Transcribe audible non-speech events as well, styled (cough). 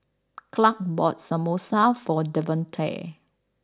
(noise) Clark bought Samosa for Davonte